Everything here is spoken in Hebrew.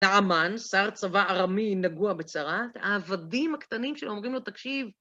נאמן, שר צבא ערמי נגוע בצהרה, העבדים הקטנים שאומרים לו תקשיב...